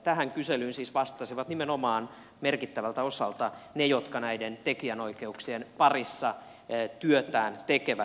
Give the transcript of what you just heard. tähän kyselyyn siis vastasivat merkittävältä osalta nimenomaan ne jotka näiden tekijänoikeuksien parissa työtään tekevät